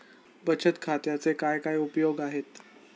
बचत खात्याचे काय काय उपयोग आहेत?